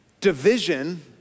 Division